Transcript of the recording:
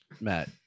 matt